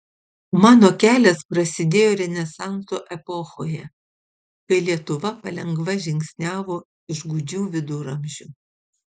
mano kelias prasidėjo renesanso epochoje kai lietuva palengva žingsniavo iš gūdžių viduramžių